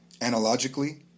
analogically